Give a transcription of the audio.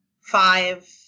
five